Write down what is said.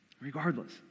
regardless